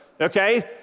okay